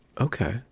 Okay